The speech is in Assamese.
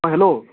অঁ হেল্ল'